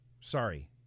Sorry